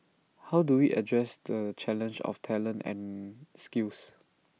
how do we addressed the challenge of talent and skills